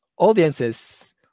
Audiences